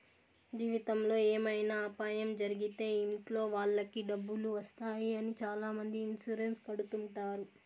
జీవితంలో ఏమైనా అపాయం జరిగితే ఇంట్లో వాళ్ళకి డబ్బులు వస్తాయి అని చాలామంది ఇన్సూరెన్స్ కడుతుంటారు